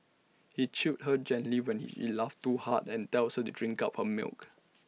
he chides her gently when he laughs too hard and tells her to drink up her milk